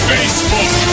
Facebook